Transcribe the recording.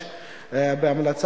אדוני היושב-ראש,